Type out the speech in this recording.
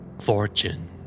Fortune